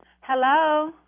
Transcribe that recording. Hello